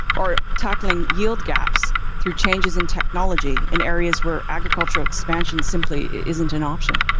or tackling yield gaps through changes in technology in areas where agricultural expansion simply isn't an option.